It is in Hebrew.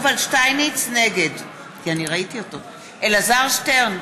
נגד אלעזר שטרן,